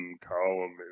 column